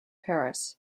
paris